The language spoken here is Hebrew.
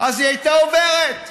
אז היא הייתה עוברת,